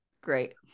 Great